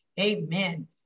Amen